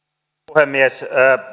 puhemies